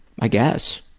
i guess.